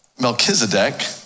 Melchizedek